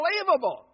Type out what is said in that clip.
unbelievable